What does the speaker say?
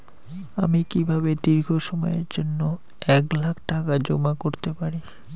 আমি কিভাবে দীর্ঘ সময়ের জন্য এক লাখ টাকা জমা করতে পারি?